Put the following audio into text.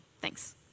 Thanks